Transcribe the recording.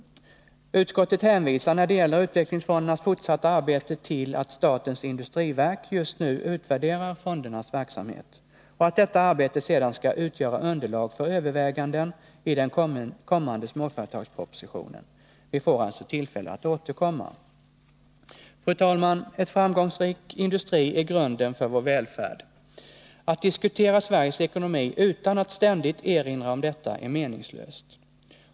Utskottet hänvisar, när det gäller utvecklingsfondernas fortsatta arbete, till att statens industriverk just nu utvärderar utvecklingsfondernas verksamhet och att detta arbete sedan skall utgöra underlag för överväganden i den kommande småföretagspropositionen. Vi får alltså tillfälle att återkomma. Fru talman! En framgångsrik industri är grunden för vår välfärd. Att diskutera Sveriges ekonomi utan att ständigt erinra om detta är meningslöst.